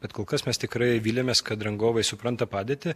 bet kol kas mes tikrai vylėmės kad rangovai supranta padėtį